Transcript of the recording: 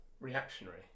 reactionary